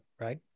right